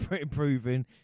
improving